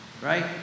right